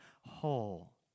whole